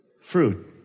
Fruit